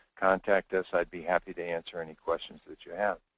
contact us, i'd be happy to answer any questions that you have.